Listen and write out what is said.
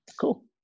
cool